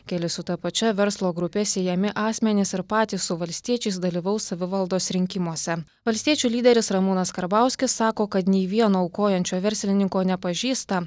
keli su ta pačia verslo grupe siejami asmenys ir patys su valstiečiais dalyvaus savivaldos rinkimuose valstiečių lyderis ramūnas karbauskis sako kad nei vieno aukojančio verslininko nepažįsta